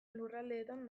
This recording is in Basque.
lurraldetan